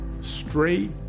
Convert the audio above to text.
straight